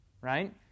right